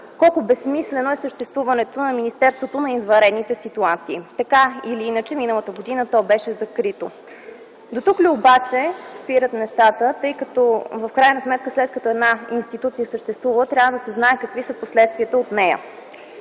колко безсмислено е съществуването на Министерството на извънредните ситуации. Така или иначе миналата година то беше закрито. Дотук ли обаче спират нещата? В крайна сметка, след като една институция съществува, трябва да се знае какви са последствията от нея.